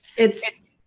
it's.